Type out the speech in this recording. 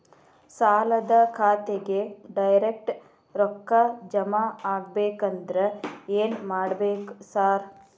ಸಾಲದ ಖಾತೆಗೆ ಡೈರೆಕ್ಟ್ ರೊಕ್ಕಾ ಜಮಾ ಆಗ್ಬೇಕಂದ್ರ ಏನ್ ಮಾಡ್ಬೇಕ್ ಸಾರ್?